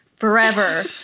forever